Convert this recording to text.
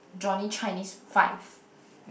Johnny Chinese five